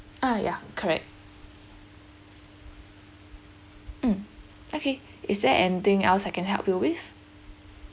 uh ya correct mm okay is there anything else I can help you with